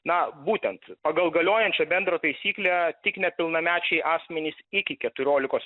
na būtent pagal galiojančią bendrą taisyklę tik nepilnamečiai asmenys iki keturiolikos